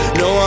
no